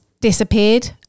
disappeared